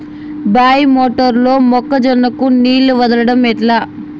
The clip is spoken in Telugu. బాయి మోటారు లో మొక్క జొన్నకు నీళ్లు వదలడం ఎట్లా?